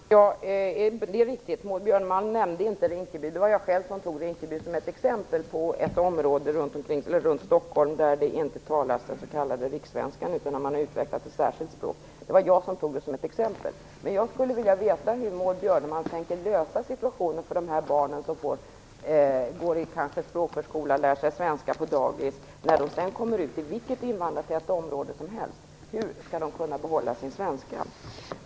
Fru talman! Det är riktigt att Maud Björnemalm inte nämnde Rinkeby. Det var jag själv som tog Rinkeby som ett exempel på ett område i Stockholm där det inte talas s.k. rikssvenska utan man har utvecklat ett särskilt språk. Det var jag som tog det som ett exempel. Jag skulle vilja veta hur Maud Björnemalm tänker lösa situationen för dessa barn, som kanske går i språkförskola och lär sig svenska på dagis. Hur skall de sedan kunna behålla sin svenska när de kommer ut, i vilket invandrartätt område som helst?